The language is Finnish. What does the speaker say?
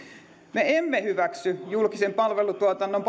me emme hyväksy julkisen palvelutuotannon